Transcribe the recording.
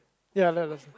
ya that is